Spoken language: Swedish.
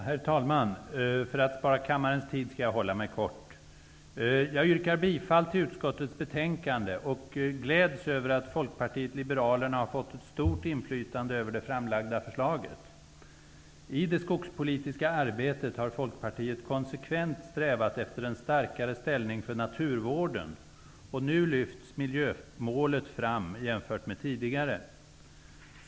Herr talman! För att spara kammarens tid skall jag fatta mig kort. Jag yrkar bifall till utskottets hemställan och gläds över att Folkpartiet liberalerna har fått ett stort inflytande över det framlagda förslaget. I det skogspolitiska arbetet har Folkpartiet konsekvent strävat efter en starkare ställning för naturvården. Nu lyfts miljömålet fram jämfört med tidigare.